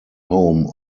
home